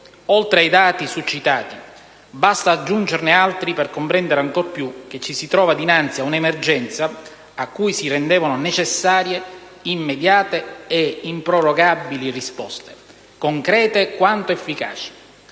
Oltre ai dati succitati, basta aggiungerne altri per comprendere ancor più che ci si trova dinanzi a un'emergenza che rendeva necessarie immediate e improrogabili risposte, concrete quanto efficaci.